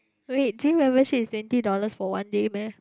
wait gym membership is twenty dollars for one day meh